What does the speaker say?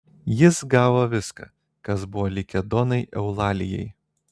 jis gavo viską kas buvo likę donai eulalijai